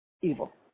evil